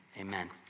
amen